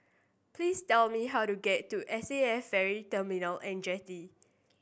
please tell me how to get to S A F Ferry Terminal And Jetty